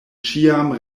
ĉiam